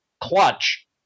clutch